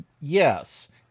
Yes